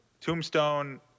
Tombstone